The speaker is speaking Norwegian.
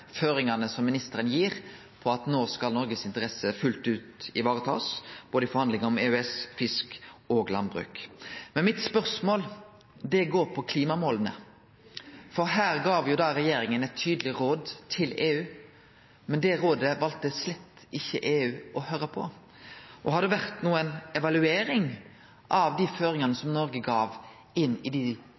føringane som ministeren gir på at no skal Noregs interesser fullt ut takast vare på, både i forhandlingar om EØS, fisk og landbruk. Mitt spørsmål går på klimamåla. For her gav vi regjeringa eit tydeleg råd med til EU, men det rådet valde EU slett ikkje å høyre på. Har det vore noka evaluering av dei føringane som Noreg gav